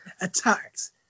attacked